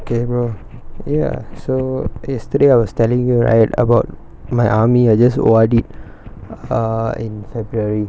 gabriel ya so yesterday I was telling you right about my army I just O_R_D ah in february